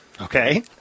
Okay